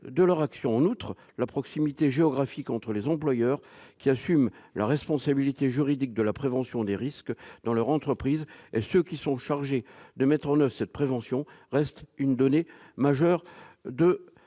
de leur action. En outre, la proximité géographique entre les employeurs qui assument la responsabilité juridique de la prévention des risques dans leur entreprise et ceux qui sont chargés de mettre en oeuvre cette prévention reste une donnée majeure de